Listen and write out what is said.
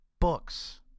books